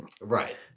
Right